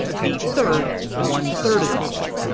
the third one third as often.